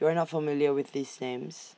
YOU Are not familiar with These Names